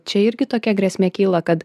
čia irgi tokia grėsmė kyla kad